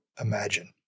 imagine